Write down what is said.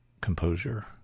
composure